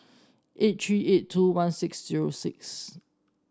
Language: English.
eight three eight two one six zero six